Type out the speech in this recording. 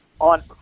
on